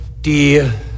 dear